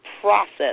process